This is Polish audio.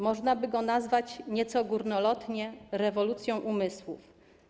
Można by go nazwać nieco górnolotnie rewolucją umysłów.